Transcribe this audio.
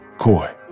coy